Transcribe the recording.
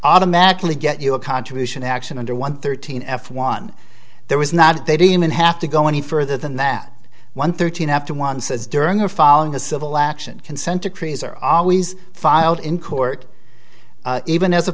automatically get you a contribution action under one thirteen f one there was not they demon have to go any further than that one thirteen after one says during a filing a civil action consent decrees are always filed in court even as a